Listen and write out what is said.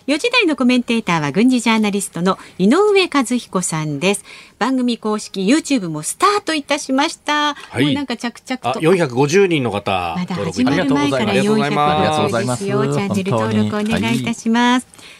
4時台のコメンテーターは軍事ジャーナリストの井上和彦さんです。番組公式YouTubeもスタートいたしました。もうなんか着々と。はい。あ、450人の方、まだ登録いただいてます。始まる前からありがとうございます。450ですよ。チャンネル登録お願いいたします。